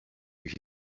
you